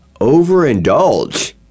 overindulge